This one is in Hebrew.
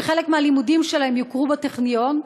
שחלק מהלימודים שלהם יוכרו בטכניון,